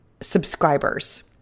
subscribers